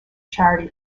charity